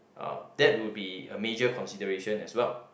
uh that would be a major consideration as well